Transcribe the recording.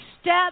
step